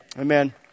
Amen